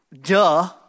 duh